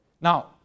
Now